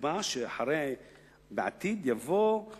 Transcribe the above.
ונקבע שאחרי "בעתיד" יבוא: דאגה,